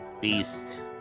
Beast